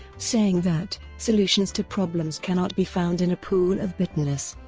saying that solutions to problems cannot be found in a pool of bitterness.